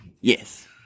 Yes